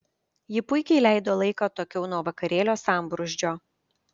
ji puikiai leido laiką atokiau nuo vakarėlio sambrūzdžio